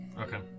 Okay